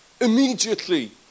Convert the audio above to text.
Immediately